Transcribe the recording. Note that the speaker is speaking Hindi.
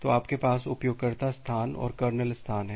तो आपके पास उपयोगकर्ता स्थान और कर्नेल स्थान है